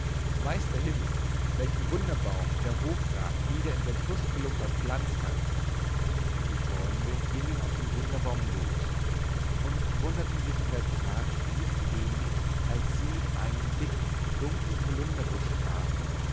weiß der himmel welchen wunderbaum der hofrat wieder in sein tusculum verpflanzt hat die freunde gingen auf den wunderbaum los und wunderten sich in der tat nicht wenig als sie einen dicken dunklen holunderbusch trafen